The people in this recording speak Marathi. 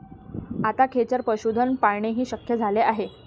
आता खेचर पशुधन पाळणेही शक्य झाले आहे